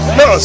no